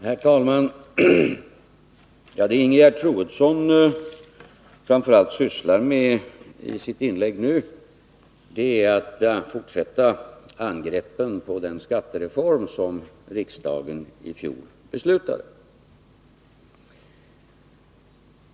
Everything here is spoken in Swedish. Herr talman! Det Ingegerd Troedsson framför allt ägnade sig åt i sitt inlägg var att fortsätta angreppen på den skattereform som riksdagen i fjol beslutade om.